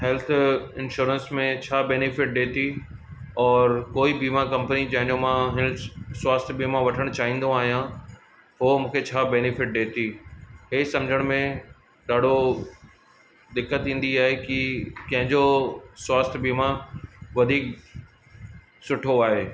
health insurance में छा benefit ॾिए थी और कोई बीमा कंपनी जंहिंजो मां हीअंर स्वाथय बीमा वठणु चाहींदो आहियां उहो मूंखे छा बेनीफिट ॾिए थी इहे सम्झण में ॾाढो दिक़त ईंदी आहे की कंहिंजो स्वास्थय बीमा वधीक सुठो आहे